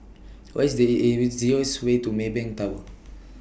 What IS The easiest Way to Maybank Tower